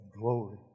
glory